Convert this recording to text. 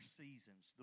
seasons